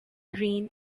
green